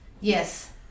Yes